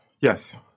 Yes